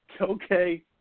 okay